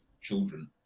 children